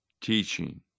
Teaching